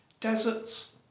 deserts